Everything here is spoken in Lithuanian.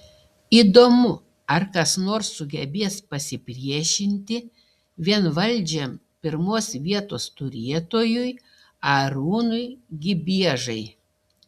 įdomu ar kas nors sugebės pasipriešinti vienvaldžiam pirmos vietos turėtojui arūnui gibiežai